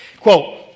quote